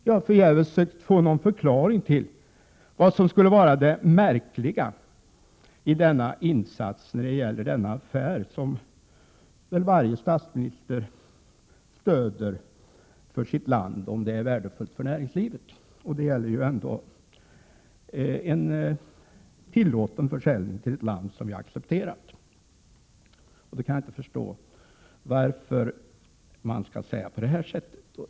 Jag har förgäves försökt få en förklaring till vad som skulle vara det märkliga i denna insats i denna affär. En sådan skulle väl varje statsminister stödja om det vore värdefullt för näringslivet i landet. Det gäller ju ändå en tillåten försäljning av vapen till ett land som vi har accepterat som köpare. Då kan jag inte förstå varför Anders Björck uttrycker sig såsom han gör.